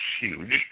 huge